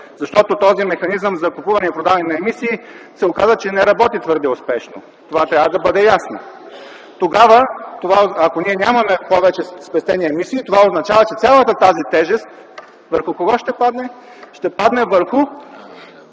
защото механизмът за купуване и продаване на емисии се оказа, че не работи твърде успешно – това трябва да бъде ясно! Тогава, ако нямаме повече спестени емисии, това означава, че цялата тази тежест върху кого ще падне?! – ще падне върху